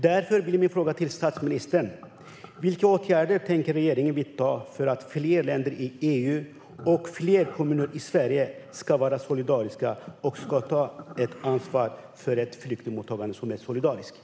Därför blir min fråga till statsministern: Vilka åtgärder tänker regeringen vidta för att fler länder i EU och fler kommuner i Sverige ska vara solidariska och ta ansvar för ett solidariskt flyktingmottagande?